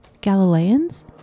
Galileans